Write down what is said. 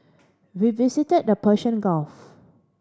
we visited the Persian Gulf